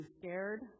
scared